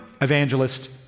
evangelist